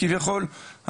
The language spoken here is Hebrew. כביכול,